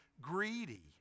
greedy